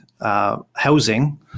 housing